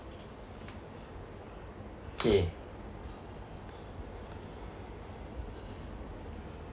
kay